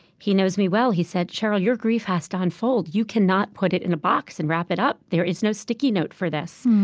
he knows me well. he said, sheryl, your grief has to unfold. you can not put it in a box and wrap it up. there is no sticky note for this.